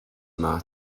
yma